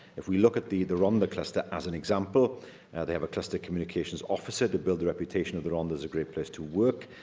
if we look at the the rhondda cluster as an example they have a cluster communications officer to build the reputation of the rhondda as a great place to work,